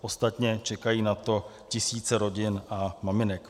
Ostatně čekají na to tisíce rodin a maminek.